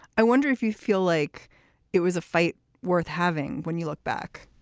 i wonder if you feel like it was a fight worth having when you look back,